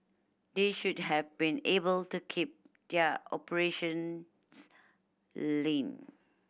they should have been able to keep their operations lean